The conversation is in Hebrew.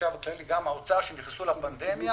החשב הכללי וגם האוצר, כשהם נכנסו לפנדמיה,